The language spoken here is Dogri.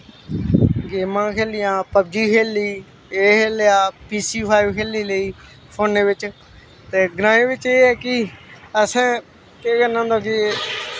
गेमां खेलियां पवजी खेल्ली एह् खेल्लेआ पी सी लाईव खेल्ली लेई फोने बिच्च त् ग्राएं बिच्च एह् ऐ कि असैं केह् करना होंदा कि